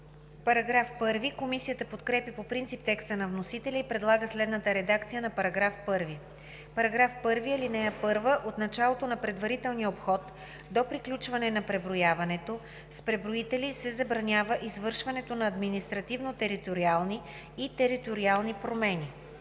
САВЕКЛИЕВА: Комисията подкрепя по принцип текста на вносителя и предлага следната редакция на § 1: „§ 1. (1) От началото на предварителния обход до приключването на преброяването с преброители се забранява извършването на административно-териториални и териториални промени.